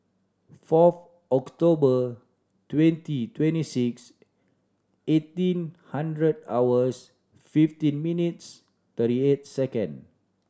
fourth October twenty twenty six eighteen hundred hours fifteen minutes thirty eight second